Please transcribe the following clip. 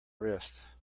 wrist